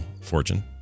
fortune